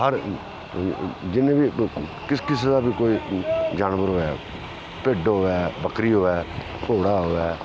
हर जिन्ने बी किस किस दी बी कोई जानवर होऐ भिड्ड होऐ बक्करी होऐ घोड़ा होऐ